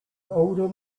older